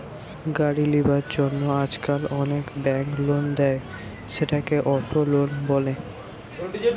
গাড়ি লিবার জন্য আজকাল অনেক বেঙ্ক লোন দেয়, সেটাকে অটো লোন বলে